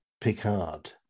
Picard